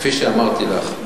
כפי שאמרתי לך,